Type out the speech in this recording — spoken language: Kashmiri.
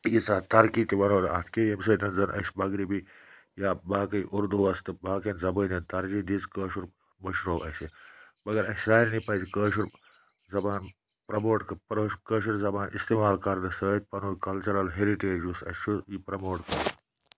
ییٖژاہ ترقی تہِ وَنو نہٕ اَتھ کیٚنٛہہ ییٚمہِ سۭتۍ زَن اَسہِ مغربی یا باقٕے اُردوٗوَس تہٕ باقیَن زَبٲنٮ۪ن ترجیح دِیٖژ کٲشُر مٔشرو اَسہِ مگر اَسہِ سارنیے پَزِ کٲشُر زَبان پرموٹ کٲشُر زَبان اِستعمال کَرنَس سۭتۍ پَنُن کَلچرَل ہیٚرِٹیج یُس اَسہِ چھُ یہِ پرموٹ کَرُن